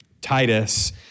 Titus